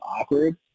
awkward